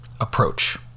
approach